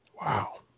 Wow